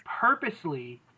purposely